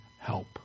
help